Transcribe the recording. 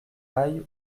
aille